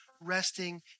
resting